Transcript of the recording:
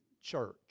church